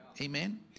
Amen